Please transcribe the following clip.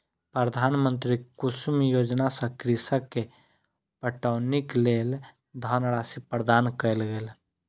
प्रधानमंत्री कुसुम योजना सॅ कृषक के पटौनीक लेल धनराशि प्रदान कयल गेल